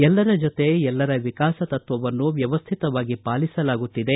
ಎಲ್ಲರ ಜತೆ ಎಲ್ಲರ ವಿಕಾಸ ತತ್ವವನ್ನು ವ್ಯವಸ್ಥಿತವಾಗಿ ಪಾಲಿಸಲಾಗುತ್ತಿದೆ